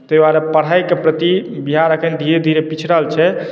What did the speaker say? ताहि दुआरे पढ़ाइके प्रति बिहार एखन धीरे धीरे पिछड़ल छै